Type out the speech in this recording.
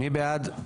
מי בעד?